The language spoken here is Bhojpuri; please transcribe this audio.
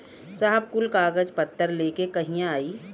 साहब कुल कागज पतर लेके कहिया आई?